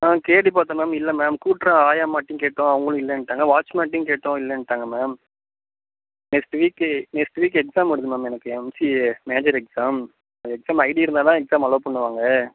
ஆ தேடி பார்த்தன் மேம் இல்லை மேம் கூட்டுகிற ஆயாம்மாட்டியும் கேட்டோம் அவங்குளும் இல்லைன்ட்டாங்க வாட்ச் மேன்ட்டியும் கேட்டோம் இல்லைன்ட்டாங்க ma'am next week next week exam வருது மேம் எனக்கு MCA major exam exam ID இருந்தாதான் எக்ஸாம் அலோவ் பண்ணுவாங்க